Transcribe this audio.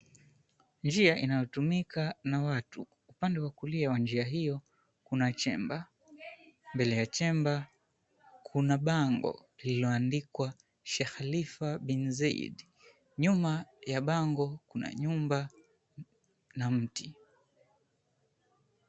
Njia inayotumika na watu upande wa kulia wa njia hiyo kuna chemba. Mbele ya chemba kuna bango lililoandikwa, Sheikh Khalifa Bin-Zeyid. Nyuma ya bango kuna nyumba na mti.